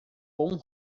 bom